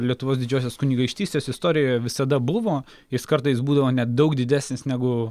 lietuvos didžiosios kunigaikštystės istorijoje visada buvo jis kartais būdavo net daug didesnis negu